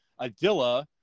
Adila